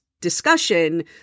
discussion